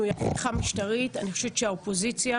אופוזיציה,